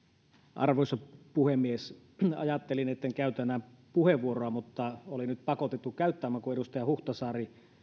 arvoisa puhemies ajattelin etten käytä enää puheenvuoroa mutta olin nyt pakotettu käyttämään kun edustaja huhtasaari